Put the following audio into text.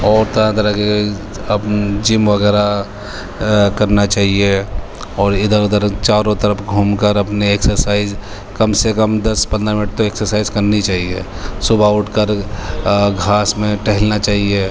اور طرح طرح کے اب جم وغیرہ کرنا چاہیے اور ادھر ادھر چاروں طرف گھوم کر اپنے ایکسرسائز کم سے کم دس پندرہ منٹ تک ایکسرسائز کرنی ہی چاہیے صبح اٹھ کر گھاس میں ٹہلنا چاہیے